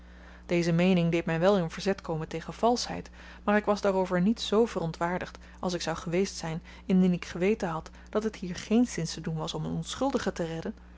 deze meening deed my wel in verzet komen tegen valsheid maar ik was daarover niet z verontwaardigd als ik zou geweest zyn indien ik geweten had dat het hier geenszins te doen was om een onschuldige te redden